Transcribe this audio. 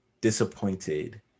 disappointed